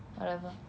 whatever